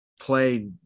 play